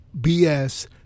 BS